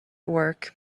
work